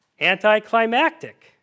Anticlimactic